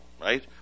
right